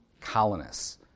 colonists